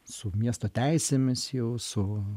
su miesto teisėmis jau su